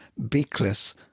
beakless